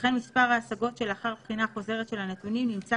וכן מספר ההשגות שלאחר בחינה חוזרת של הנתונים נמצא